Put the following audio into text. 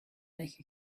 make